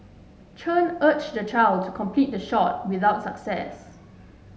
Chen urged the child to complete the shot without success